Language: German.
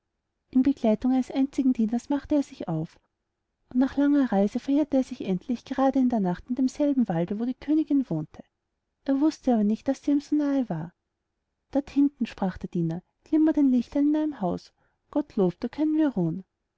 in der begleitung eines einzigen dieners machte er sich auf und nach einer langen reise verirrte er sich endlich gerade in der nacht in demselben walde wo die königin wohnte er wußte aber nicht daß sie ihm so nah war dort hinten sprach der diener glimmt ein lichtchen in einem haus gottlob da können wir ruhen